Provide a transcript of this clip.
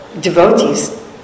devotees